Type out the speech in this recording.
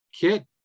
kid